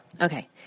Okay